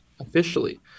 officially